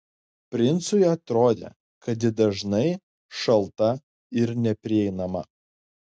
princui atrodė kad ji dažnai šalta ir neprieinama